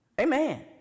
Amen